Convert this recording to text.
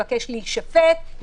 לבקש להישפט,